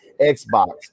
xbox